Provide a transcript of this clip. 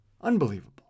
Unbelievable